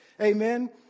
Amen